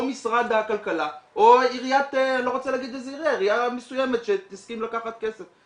משרד הכלכלה או עירייה מסוימת שתסכים לקחת כסף.